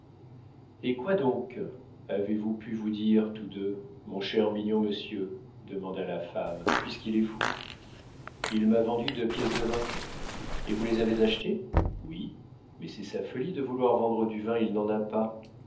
et quoi donc avez-vous pu vous dire tous deux mon cher mignon monsieur demanda la femme puisqu'il est fou il m'a vendu deux pièces de vin et vous les avez achetées oui mais c'est sa folie de vouloir vendre du vin il n'en a pas